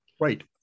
Right